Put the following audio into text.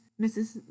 Mrs